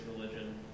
religion